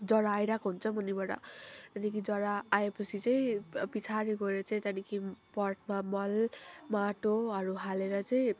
जरा आइरहेको हुन्छ मुनिबाट त्यहाँदेखि जरा आएपछि चाहिँ पछाडि गएर चाहिँ त्यहाँदेखि पटमा मल माटोहरू हालेर चाहिँ